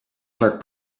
clerk